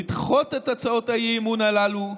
לדחות את הצעות האי-אמון הללו,